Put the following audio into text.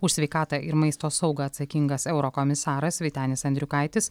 už sveikatą ir maisto saugą atsakingas eurokomisaras vytenis andriukaitis